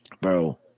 Bro